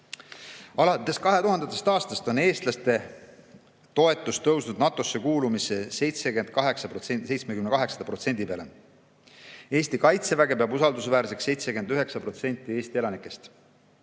Alates 2000. aastast on eestlaste toetus NATO‑sse kuulumisele tõusnud 78% peale. Eesti Kaitseväge peab usaldusväärseks 79% Eesti elanikest.